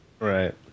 Right